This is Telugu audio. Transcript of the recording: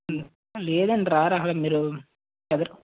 లేదండి రారు అసలు మీరు ఎవరు